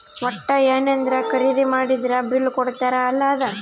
ವಟ್ಟ ಯೆನದ್ರ ಖರೀದಿ ಮಾಡಿದ್ರ ಬಿಲ್ ಕೋಡ್ತಾರ ಅಲ ಅದ